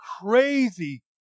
crazy